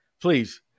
please